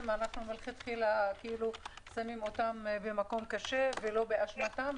אנחנו מלכתחילה שמים אותם במקום קשה שלא באשמתם.